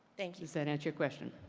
thank you. does that answer your question?